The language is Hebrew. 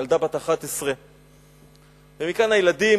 ילדה בת 11. ומכאן הילדים,